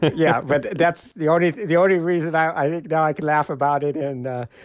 yeah, but that's the only the only reason, i think, now i can laugh about it and,